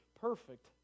perfect